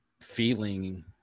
feeling